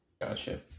Gotcha